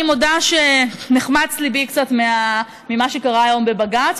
אני מודה שנחמץ ליבי קצת ממה שקרה היום בבג"ץ.